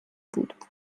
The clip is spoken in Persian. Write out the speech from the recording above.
بود